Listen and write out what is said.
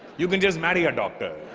you can just marry a doctor